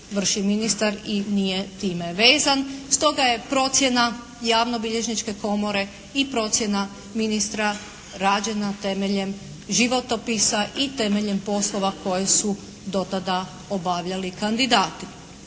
vrši ministar i nije time vezan. Stoga je procjena Javnobilježničke komore i procjena ministra rađena temeljem životopisa i temeljem poslova koje su do tada obavljali kandidati.